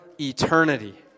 eternity